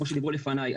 כמו שדיברו לפניי,